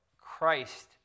Christ